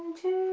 two,